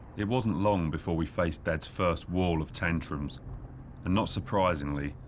it wasn't long before we faced dad's first wall of tantrums. and not surprisingly,